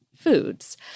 foods